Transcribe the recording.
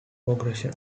progression